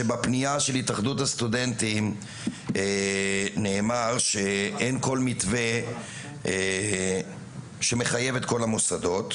שבפנייה של התאחדות הסטודנטים נאמר שאין כל מתווה שמחייב את כל המוסדות,